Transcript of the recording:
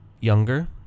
younger